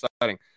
exciting